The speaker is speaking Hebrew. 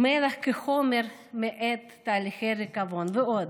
מלח כחומר מאט תהליכי ריקבון ועוד.